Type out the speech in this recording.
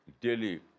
daily